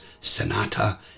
sonata